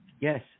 yes